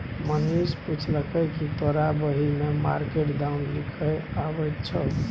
मनीष पुछलकै कि तोरा बही मे मार्केट दाम लिखे अबैत छौ